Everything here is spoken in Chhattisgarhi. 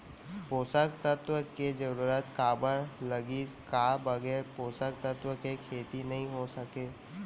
पोसक तत्व के जरूरत काबर लगिस, का बगैर पोसक तत्व के खेती नही हो सके?